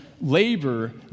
Labor